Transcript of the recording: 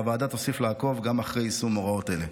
והוועדה תוסיף ותעקוב גם אחרי יישום הוראות אלה.